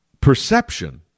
perception